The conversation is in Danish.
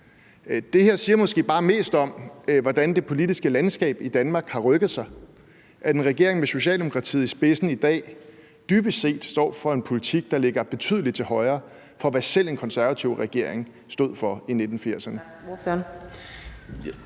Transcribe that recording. Det her siger måske bare mest om, hvordan det politiske landskab i Danmark har rykket sig, altså at en regering med Socialdemokratiet i spidsen i dag dybest set står for en politik, der ligger betydeligt til højre for, hvad selv en konservativ regering stod for i 1980'erne.